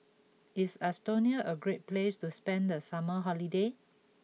is Estonia a great place to spend the summer holiday